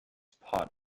pot